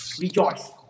rejoice